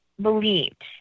believed